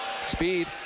speed